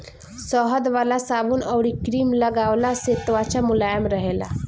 शहद वाला साबुन अउरी क्रीम लगवला से त्वचा मुलायम रहेला